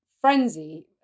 frenzy